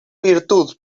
virtud